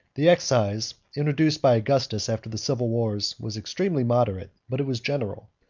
the excise, introduced by augustus after the civil wars, was extremely moderate, but it was general.